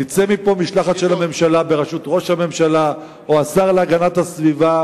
תצא מפה משלחת של הממשלה בראשות ראש הממשלה או השר להגנת הסביבה,